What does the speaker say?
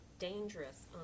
Dangerous